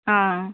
অ